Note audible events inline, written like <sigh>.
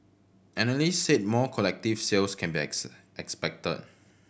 analysts said more collective sales can be <unintelligible> expected